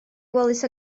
wallace